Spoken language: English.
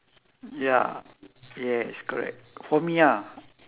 ya yes correct for me ah